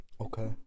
Okay